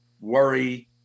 worry